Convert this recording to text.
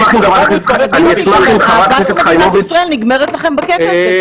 מדהים אותי שהאהבה של מדינת ישראל נגמרת לכם בקטע הזה,